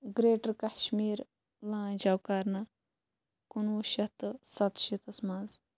Greater Kashmir launch آو کَرنہٕ کُنوُہ شیٚتھ تہٕ سَتشیٖتھَس منٛز